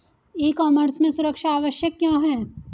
ई commerce में सुरक्षा आवश्यक क्यों है?